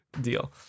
deal